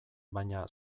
baina